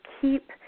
keep